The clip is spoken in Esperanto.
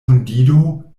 hundido